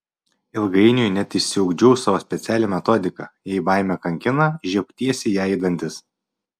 ilgainiui net išsiugdžiau savo specialią metodiką jei baimė kankina žiebk tiesiai jai į dantis